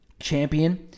champion